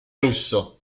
russo